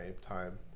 time